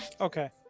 Okay